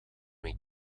mijn